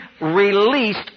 released